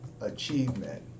achievement